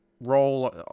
role